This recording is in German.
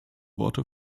worte